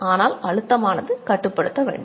ஆனால் அழுத்தமானது கட்டுப்படுத்தப்பட வேண்டும்